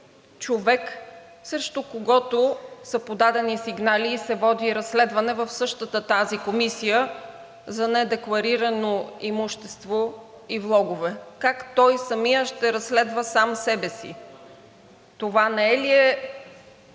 човек, срещу когото са подадени сигнали и се води разследване в същата тази комисия за недекларирано имущество и влогове? Как той самият ще разследва сам себе си? Това не е ли пряк